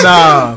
Nah